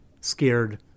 scared